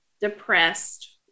depressed